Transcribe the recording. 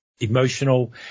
emotional